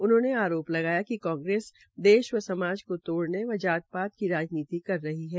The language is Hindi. उन्होंने आरोप लगाया कि कांग्रेस देश व समाज को तोड़ने व जातपात की राजनीति कर रही है